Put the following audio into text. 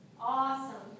Awesome